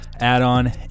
add-on